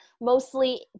mostly